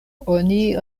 oni